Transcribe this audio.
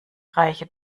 reiche